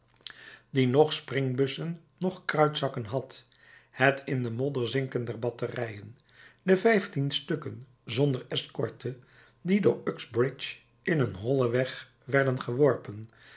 die noch springbussen noch kruitzakken had het in de modder zinken der batterijen de vijftien stukken zonder escorte die door uxbridge in een hollen weg werden geworpen